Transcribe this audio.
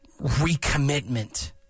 recommitment